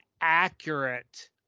accurate